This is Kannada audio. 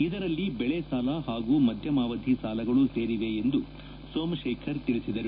ಇದರಲ್ಲಿ ಬೆಳೆ ಸಾಲ ಹಾಗೂ ಮಧ್ಯಮಾವಧಿ ಸಾಲಗಳೂ ಸೇರಿವೆ ಎಂದು ಸೋಮಶೇಖರ್ ತಿಳಿಸಿದರು